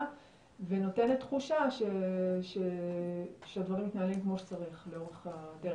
ונותנת תחושה שהדברים מתנהלים לאורך כל הדרך.